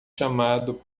chamado